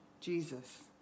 Jesus